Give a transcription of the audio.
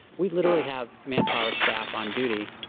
we literally have manpower staff on duty,